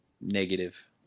Negative